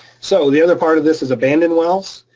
so the other part of this is abandoned wells.